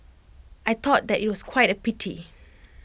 I thought that IT was quite A pity